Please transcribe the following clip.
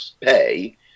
pay